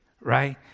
right